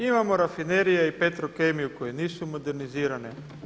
Imamo rafinerije i Petrokemiju koje nisu modernizirane.